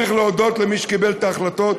צריך להודות למי שקיבל את ההחלטות,